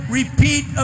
repeat